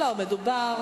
לא, מדובר